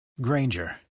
Granger